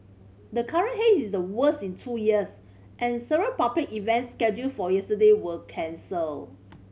the current haze is the worst in two years and several public events scheduled for yesterday were cancel